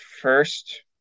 first